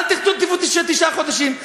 אל תכתבו תשעה חודשים.